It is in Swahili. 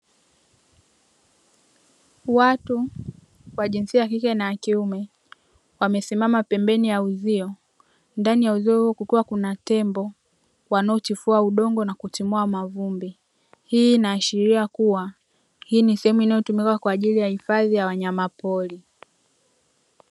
Watu wa jinsia ya kike na ya kiume wamesimama pembeni ya uzio ndani ya uzio kukiwa na tembo wanaochefua udongo na kutimua mavumbi. Hii inaashiria kuwa hii ni sehemu inayotumika kwa ajili ya hifadhi ya wanyamapori.